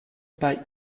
bei